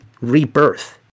rebirth